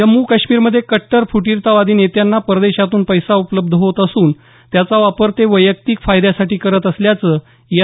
जम्मू काश्मीर मधे कट्टर फुटीरतावादी नेत्यांना परदेशातून पैसा उपलब्ध होत असून त्याचा वापर ते वैयक्तिक फायद्यासाठी करत असल्याचं एन